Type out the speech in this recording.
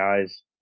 guys